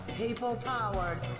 people-powered